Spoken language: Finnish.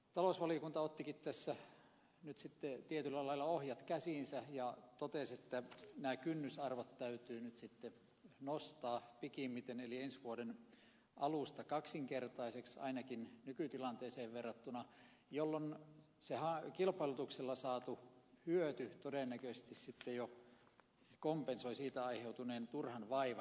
talousvaliokunta ottikin tässä nyt sitten tietyllä lailla ohjat käsiinsä ja totesi että kynnysarvot täytyy nyt nostaa pikimmiten eli ensi vuoden alusta kaksinkertaiseksi ainakin nykytilanteeseen verrattuna jolloin kilpailutuksella saatu hyöty todennäköisesti jo kompensoi siitä aiheutuneen turhan vaivan